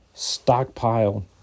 Stockpile